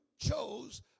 chose